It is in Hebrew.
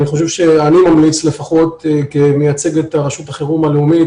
אני לפחות אמליץ כמייצג את רשות החירום הלאומית